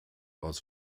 aus